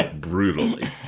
brutally